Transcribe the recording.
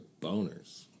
boners